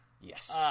Yes